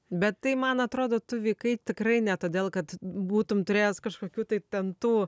bet tai man atrodo tu vykai tikrai ne todėl kad būtum turėjęs kažkokių tai ten tų